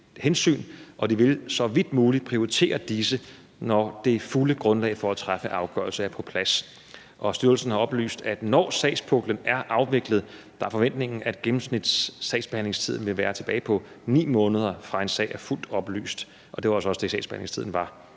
og de vil så vidt muligt prioritere disse, når det fulde grundlag for at træffe afgørelse er på plads. Og styrelsen har oplyst, at når sagspuklen er afviklet, er forventningen, at gennemsnitssagsbehandlingstiden vil være tilbage på 9 måneder, før en sag er fuldt oplyst, og det var også det, sagsbehandlingstiden var